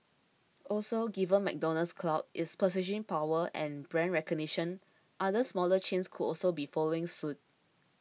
also given McDonald's clout its purchasing power and brand recognition other smaller chains could also be following suit